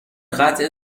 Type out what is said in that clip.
قطع